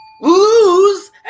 lose